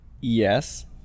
Yes